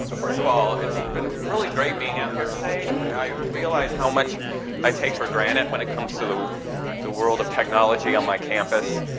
ah first of all, it's been really great being out here today. i realize how much i take for granted when it comes to the world of technology on my campus.